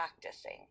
practicing